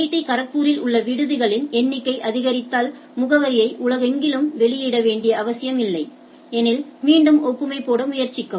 D கரக்பூரில் உள்ள விடுதிகளின் எண்ணிக்கை அதிகரித்தால் முகவரியை உலகெங்கிலும் வெளியிட வேண்டிய அவசியமில்லை எனில் மீண்டும் ஒப்புமை போட முயற்சிக்கவும்